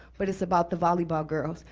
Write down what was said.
but it's about the volleyball girls.